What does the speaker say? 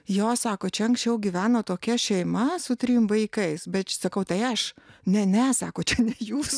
jo sako čia anksčiau gyveno tokia šeima su trim vaikais bet sakau tai aš ne ne sako čia ne jūs